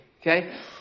Okay